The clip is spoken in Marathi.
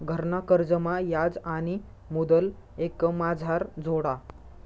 घरना कर्जमा याज आणि मुदल एकमाझार जोडा